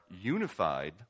unified